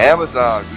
Amazon